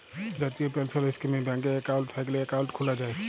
জাতীয় পেলসল ইস্কিমে ব্যাংকে একাউল্ট থ্যাইকলে একাউল্ট খ্যুলা যায়